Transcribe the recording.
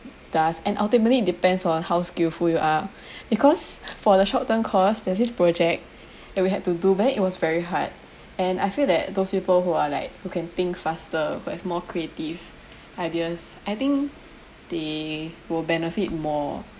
does and ultimately it depends on how skillful you are because for the short term course that this project that we had to do but then it was very hard and I feel that those people who are like who can think faster who have more creative ideas I think they will benefit more